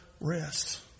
rest